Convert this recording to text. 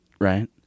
Right